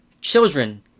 Children